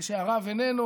כשהרב איננו.